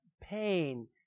pain